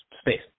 space